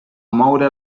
moure